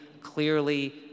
clearly